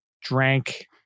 drank